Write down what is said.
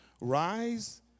Rise